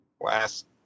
last